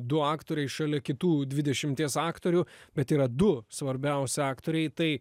du aktoriai šalia kitų dvidešimties aktorių bet yra du svarbiausi aktoriai tai